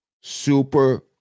Super